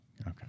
Okay